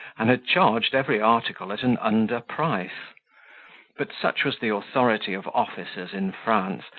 and had charged every article at an under price but such was the authority of officers in france,